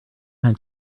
had